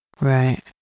Right